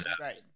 Right